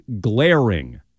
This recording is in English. glaring